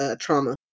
trauma